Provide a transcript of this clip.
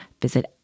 visit